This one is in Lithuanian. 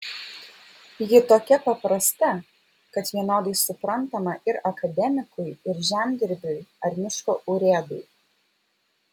ji tokia paprasta kad vienodai suprantama ir akademikui ir žemdirbiui ar miško urėdui